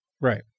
right